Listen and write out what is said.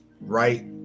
right